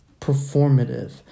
performative